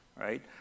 right